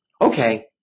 okay